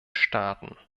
staaten